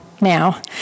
now